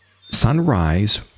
Sunrise